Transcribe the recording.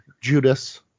Judas